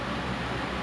oh makan apa seh